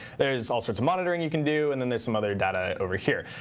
there is all sorts monitoring you can do, and then there's some other data over here.